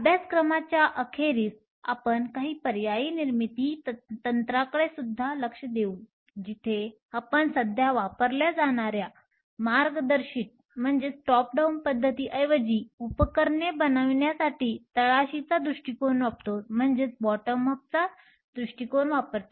अभ्यासक्रमाच्या अखेरीस आपण काही पर्यायी निर्मिती तंत्रांकडेसुद्धा लक्ष देऊ जिथे आपण सध्या वापरल्या जाणाऱ्या मार्गदर्शित पध्दतीऐवजी उपकरणे बनवण्यासाठी तळाशीचा दृष्टिकोन वापरतो